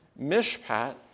Mishpat